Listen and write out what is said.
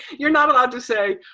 you're not allowed to say,